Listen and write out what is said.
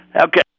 Okay